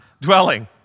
dwelling